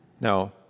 now